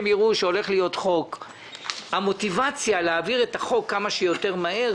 הייתי מצפה מכם להיות הראשונים שיבקשו הכרזה על אסון טבע.